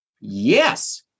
yes